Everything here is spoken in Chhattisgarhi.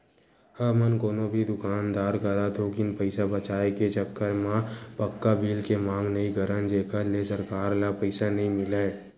हमन कोनो भी दुकानदार करा थोकिन पइसा बचाए के चक्कर म पक्का बिल के मांग नइ करन जेखर ले सरकार ल पइसा नइ मिलय